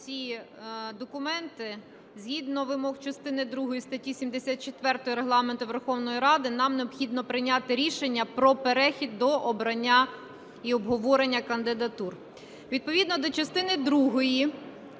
згідно вимог частини другої статті 74 Регламенту Верховної Ради нам необхідно прийняти рішення про перехід до обрання і обговорення кандидатур.